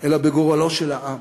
אלא בגורלו של העם.